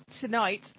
tonight